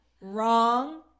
Wrong